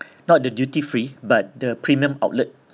not the duty free but the premium outlet